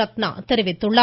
ரத்னா தெரிவித்துள்ளார்